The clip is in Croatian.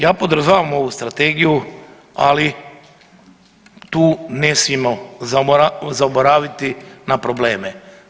Ja podržavam ovu strategiju, ali tu ne smijemo zaboraviti na probleme.